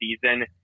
season